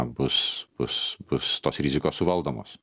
bus bus bus tos rizikos suvaldomos